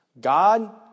God